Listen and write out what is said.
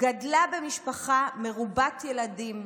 גדלה במשפחה מרובת ילדים,